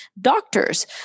doctors